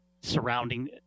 surrounding